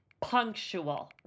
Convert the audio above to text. punctual